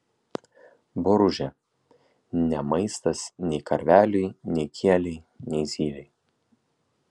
boružė ne maistas nei karveliui nei kielei nei zylei